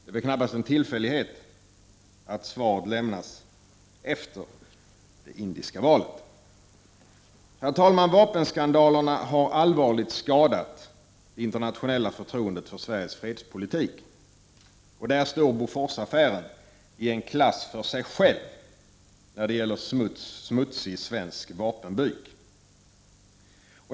Det är väl knappast en tillfällighet att svaret lämnas efter det indiska valet. Herr talman! Vapenskandalerna har allvarligt skadat det internationella förtroendet för Sveriges fredspolitik, och Boforsaffären står i en klass för sig när det gäller smutsig svensk vapenbyk.